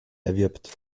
erwirbt